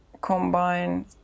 combine